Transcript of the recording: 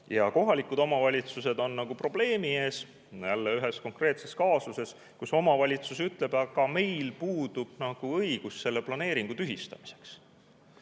Ja kohalikud omavalitsused on probleemi ees. Ühes konkreetses kaasuses omavalitsus ütleb, et aga neil puudub õigus selle planeeringu tühistamiseks.